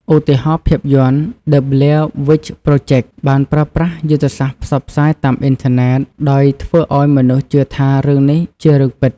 ឧទាហរណ៍ ភាពយន្ត The Blair Witch Project បានប្រើប្រាស់យុទ្ធសាស្ត្រផ្សព្វផ្សាយតាមអ៊ីនធឺណិតដោយធ្វើឲ្យមនុស្សជឿថារឿងនេះជារឿងពិត។